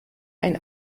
ein